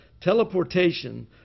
teleportation